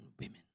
women